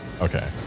Okay